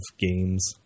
games